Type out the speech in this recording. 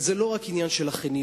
זה לא רק עניין של החניון.